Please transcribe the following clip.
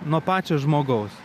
nuo pačio žmogaus